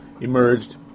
emerged